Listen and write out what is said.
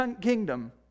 kingdom